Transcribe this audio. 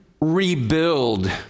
rebuild